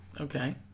Okay